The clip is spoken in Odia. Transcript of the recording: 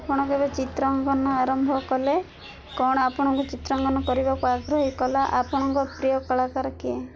ଆପଣ କେବେ ଚିତ୍ରାଙ୍କନ ଆରମ୍ଭ କଲେ କଣ ଆପଣଙ୍କୁ ଚିତ୍ରାଙ୍କନ କରିବାକୁ ଆଗ୍ରହୀ କଲା ଆପଣଙ୍କ ପ୍ରିୟ କଳାକାର କିଏ